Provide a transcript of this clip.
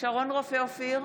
שרון רופא אופיר,